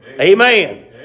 Amen